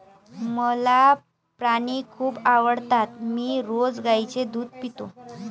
मला प्राणी खूप आवडतात मी रोज गाईचे दूध पितो